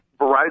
Verizon